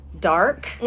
dark